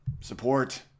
Support